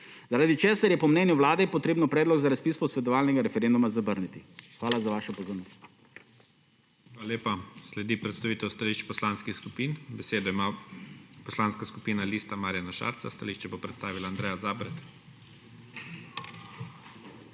Zaradi česar je po mnenju Vlade, je potrebno predlog za razpis posvetovalnega referenduma zavrniti. Hvala za vašo pozornost. **PREDSEDNIK IGOR ZORČIČ:** Hvala lepa. Sledi predstavitev stališč poslanskih skupin. Besedo ima Poslanska skupina Lista Marjana Šarca. Stališče bo predstavila Andreja Zabret.